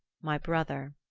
my brother.